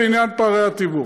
בעניין פערי התיווך,